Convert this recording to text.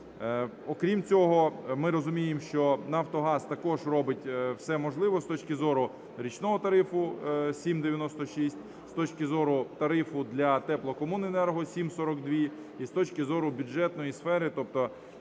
Окрім цього, ми розуміємо, що Нафтогаз також робить все можливе з точки зору річного тарифу – 7,96, з точки зору тарифу для теплокомуненерго – 7,42 і з точки зору бюджетної сфери,